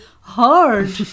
hard